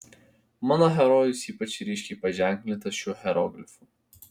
mano herojus ypač ryškiai paženklintas šiuo hieroglifu